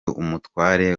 umutware